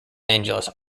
angeles